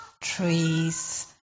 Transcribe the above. trees